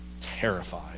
terrified